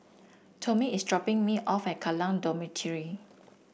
Tomie is dropping me off at Kallang Dormitory